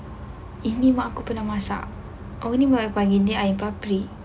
ini mak aku pernah masak oh ini baru panggil dia ayam papprik